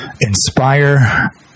inspire